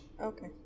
Okay